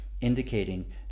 indicating